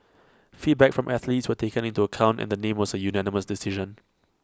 feedback from athletes were taken into account and the name was A unanimous decision